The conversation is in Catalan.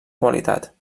qualitat